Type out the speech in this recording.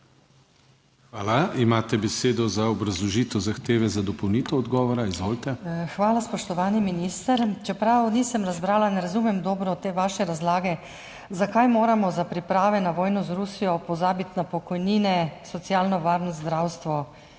Hvala. Imate besedo za obrazložitev zahteve za dopolnitev odgovora. Izvolite. DR. TATJANA GREIF (PS Levica): Hvala, spoštovani minister, čeprav nisem razbrala in ne razumem dobro te vaše razlage, zakaj moramo za priprave na vojno z Rusijo pozabiti na pokojnine, socialno varnost, zdravstvo